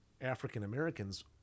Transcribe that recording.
African-Americans